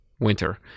winter